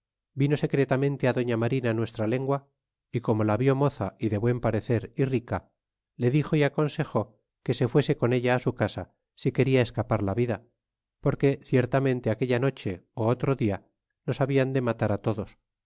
vino secretamente á dofia marina nuestra lengua y como la vió moza y de buen parecer y rica le dixo y aconsejó que se fuese con ella á su casa si quena escapar la vida porque ciertamente aquella noche ó otro dia nos rabian de matar todos